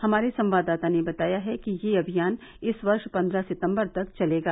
हमारे संवाददाता ने बताया है कि यह अभियान इस वर्ष पन्द्रह सितम्बर तक चलेगा